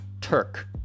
Turk